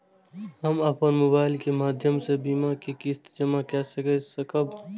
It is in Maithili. हम अपन मोबाइल के माध्यम से बीमा के किस्त के जमा कै सकब?